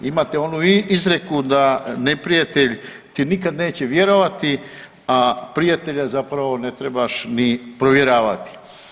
Imate onu izreku da neprijatelj ti nikad neće vjerovati, a prijatelja zapravo ne trebaš ni provjeravati.